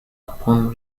upon